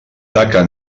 taca